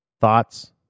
thoughts